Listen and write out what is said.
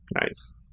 nice